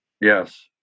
Yes